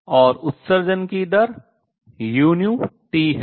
और उत्सर्जन की दर uT है